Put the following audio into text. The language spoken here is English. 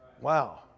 Wow